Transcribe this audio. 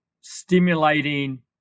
stimulating